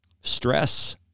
stress